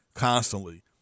constantly